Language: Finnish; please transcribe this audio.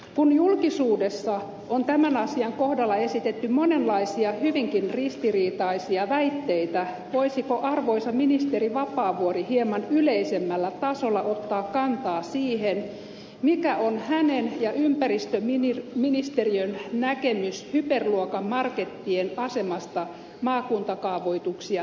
kun julkisuudessa on tämän asian kohdalla esitetty monenlaisia hyvinkin ristiriitaisia väitteitä voisiko arvoisa ministeri vapaavuori hieman yleisemmällä tasolla ottaa kantaa siihen mikä on hänen ja ympäristöministeriön näkemys hyperluokan markettien asemasta maakuntakaavoituksia hyväksyttäessä